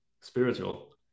spiritual